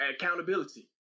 Accountability